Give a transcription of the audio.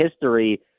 history